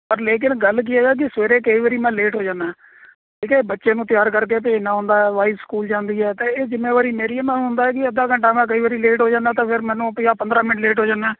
ਪਰ ਲੇਕਿਨ ਗੱਲ ਕੀ ਹੈਗਾ ਕਿ ਸਵੇਰੇ ਕਈ ਵਾਰੀ ਮੈਂ ਲੇਟ ਹੋ ਜਾਂਦਾ ਠੀਕ ਹੈ ਬੱਚੇ ਨੂੰ ਤਿਆਰ ਕਰਕੇ ਭੇਜਣਾ ਹੁੰਦਾ ਹੈ ਵਾਈਫ ਸਕੂਲ ਜਾਂਦੀ ਹੈ ਤਾਂ ਇਹ ਜ਼ਿੰਮੇਵਾਰੀ ਮੇਰੀ ਆ ਮੈਨੂੰ ਹੁੰਦਾ ਹੈ ਕਿ ਅੱਧਾ ਘੰਟਾ ਮੈਂ ਕਈ ਵਾਰੀ ਲੇਟ ਹੋ ਜਾਂਦਾ ਤਾਂ ਫਿਰ ਮੈਨੂੰ ਕੀ ਆ ਪੰਦਰਾਂ ਮਿੰਟ ਲੇਟ ਹੋ ਜਾਂਦਾ